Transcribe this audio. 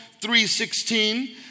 3.16